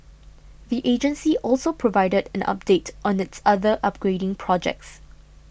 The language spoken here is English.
the agency also provided an update on its other upgrading projects